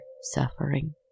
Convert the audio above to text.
suffering